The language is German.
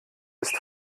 ist